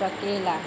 सकेला